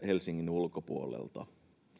helsingin ulkopuolelta